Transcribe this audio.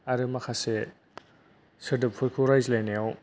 आरो माखासे सोदोबफोरखौ रायज्लायनायाव